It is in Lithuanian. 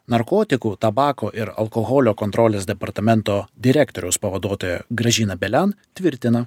narkotikų tabako ir alkoholio kontrolės departamento direktoriaus pavaduotoja gražina belian tvirtina